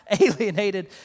alienated